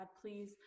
please